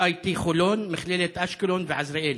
HIT חולון, מכללת אשקלון ועזריאלי.